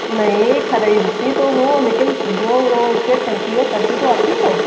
नहीं खरीदती तो हो लेकिन जो ओ सेट करती हो करती तो आप ही हो